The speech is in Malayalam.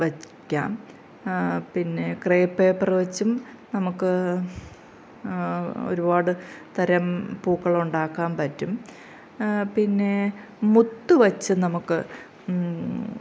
വയ്ക്കാം പിന്നെ ക്രെ പേപ്പർ വെച്ചും നമുക്ക് ഒരുപാട് തരം പൂക്കൾ ഉണ്ടാക്കാൻ പറ്റും പിന്നെ മുത്തു വച്ച് നമുക്ക്